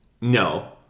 no